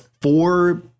four